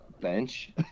bench